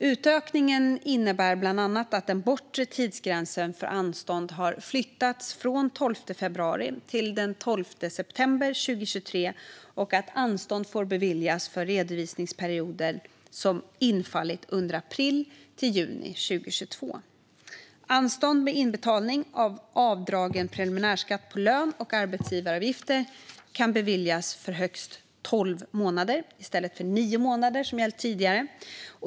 Utökningen innebär bland annat att den bortre tidsgränsen för anstånd har flyttats från den 12 februari till den 12 september 2023 och att anstånd får beviljas för redovisningsperioder som infallit under april-juni 2022. Anstånd med inbetalning av avdragen preliminärskatt på lön och arbetsgivaravgifter kan beviljas för högst tolv månader i stället för de nio månader som gällt tidigare.